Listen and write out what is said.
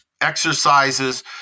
exercises